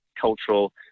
cultural